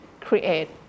create